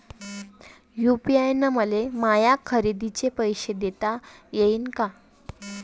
UPI न मले माया खरेदीचे पैसे देता येईन का?